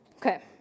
Okay